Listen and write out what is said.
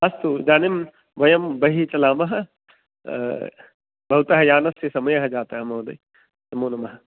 अस्तु इदानीं वयं बहिः चलामः भवतः यानस्य समयः जातः महोदय नमो नमः